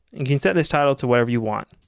you can set this title to whatever you want.